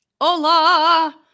Hola